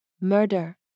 murder